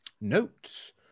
Notes